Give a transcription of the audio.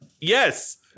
Yes